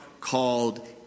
called